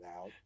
out